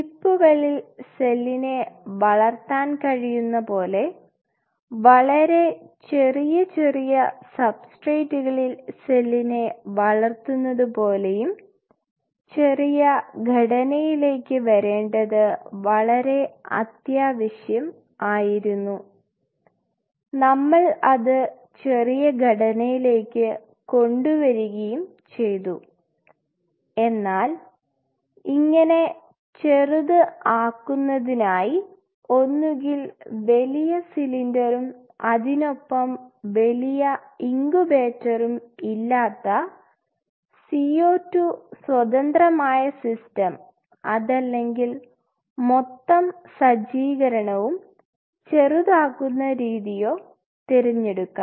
ചിപ്പുകളിൽ സെല്ലിനെ വളർത്താൻ കഴിയുന്ന പോലെ വളരെ ചെറിയ ചെറിയ സബ്സ്ട്രേറ്റ്കളിൽ സെല്ലിനെ വളർത്തുന്നത് പോലെയും ചെറിയ ഘടനയിലേക്ക് വരേണ്ടത് വളരെ അത്യാവശ്യം ആയിരുന്നു നമ്മൾ അത് ചെറിയ ഘടനയിലേക്ക് കൊണ്ടുവരികയും ചെയ്തു എന്നാൽ ഇങ്ങനെ ചെറുത് ആക്കുന്നതിനായി ഒന്നുകിൽ വലിയ സിലിണ്ടറും അതിനൊപ്പം വലിയ ഇങ്കുബേറ്റർഉം ഇല്ലാത്ത CO 2 സ്വതന്ത്രമായ സിസ്റ്റം അതല്ലെങ്കിൽ മൊത്തം സജ്ജീകരണവും ചെറുതാകുന്ന രീതിയോ തെരഞ്ഞെടുക്കാം